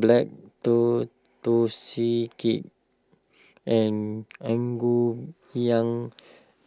Black Tortoise Cake and Ngoh Hiang